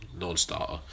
non-starter